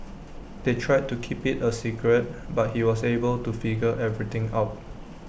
they tried to keep IT A secret but he was able to figure everything out